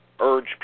urge